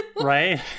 right